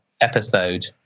episode